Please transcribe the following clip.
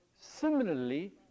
Similarly